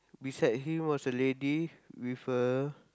beside him was a lady with a